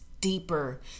deeper